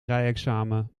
rijexamen